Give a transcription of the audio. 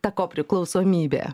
ta kopriklausomybė